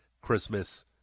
Christmas